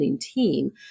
team